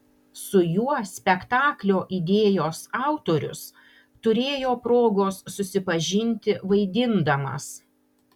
su juo spektaklio idėjos autorius turėjo progos susipažinti vaidindamas